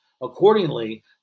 Accordingly